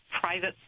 private